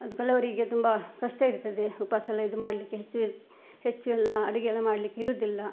ಅದು ಕೆಲವರಿಗೆ ತುಂಬ ಕಷ್ಟ ಇರ್ತದೆ ಉಪವಾಸ ಎಲ್ಲ ಇದು ಮಾಡಲಿಕ್ಕೆ ಹೆಚ್ಚು ಹೆಚ್ಚೆಲ್ಲ ಅಡುಗೆ ಎಲ್ಲ ಮಾಡಲಿಕ್ಕಿರೋದಿಲ್ಲ